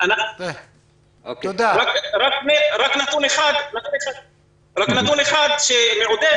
רק נתון אחד מעודד